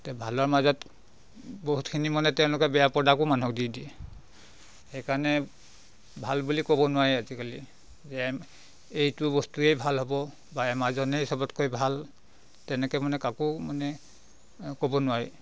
এতিয়া ভালৰ মাজত বহুতখিনি মানে তেওঁলোকে বেয়া প্ৰডাক্টো মানুহক দি দিয়ে সেইকাৰণে ভাল বুলি ক'ব নোৱাৰি আজিকালি যে এইটো বস্তুয়েই ভাল হ'ব বা এমাজনেই চবতকৈ ভাল তেনেকৈ মানে কাকো মানে ক'ব নোৱাৰি